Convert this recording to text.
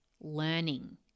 learning